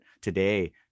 today